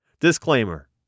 Disclaimer